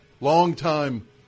longtime